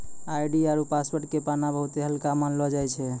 ID आरु password के पाना बहुते हल्का मानलौ जाय छै